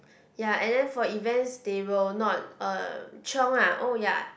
ya and then for events they will not uh chiong ah oh ya